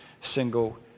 single